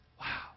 Wow